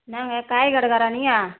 என்னங்க காய்கடைக்காரன் நீயா